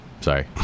sorry